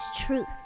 Truth